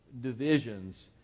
divisions